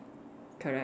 correct